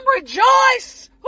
rejoice